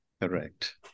Correct